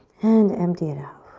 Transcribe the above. and empty it out.